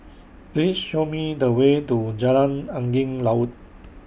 Please Show Me The Way to Jalan Angin Laut